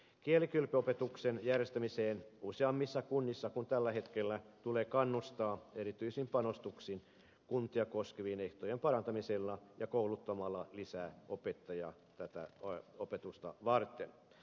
kielikylpyopetuksen järjestämiseen useammissa kunnissa kuin tällä hetkellä tulee kannustaa erityisin panostuksin kuntia koskevien ehtojen parantamisella ja kouluttamalla lisää opettajia tätä opetusta varten